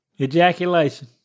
Ejaculation